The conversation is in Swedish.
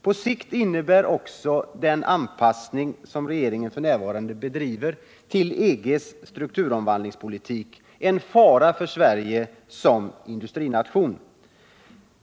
På sikt innebär också en anpassning till EG:s strukturomvandlingspolitik som regeringen f.n. bedriver en fara för Sverige som industrination.